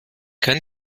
kann